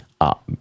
up